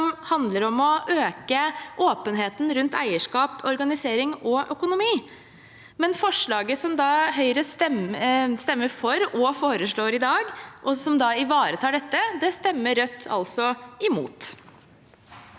som handler om å øke åpenheten rundt eierskap, organisering og økonomi. Forslaget Høyre stemmer for og foreslår i dag, og som ivaretar dette, stemmer Rødt altså imot.